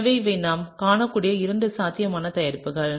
எனவே இவை நாம் காணக்கூடிய இரண்டு சாத்தியமான தயாரிப்புகள்